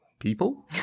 people